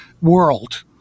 world